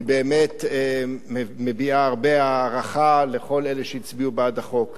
אני באמת מביע הרבה הערכה לכל אלה שהצביעו בעד החוק.